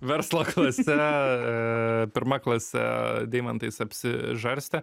verslo klase pirma klase deimantais apsižarstę